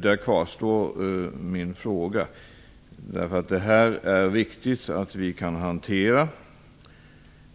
Där kvarstår min fråga, därför att det här är det viktigt att vi kan hantera,